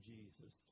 Jesus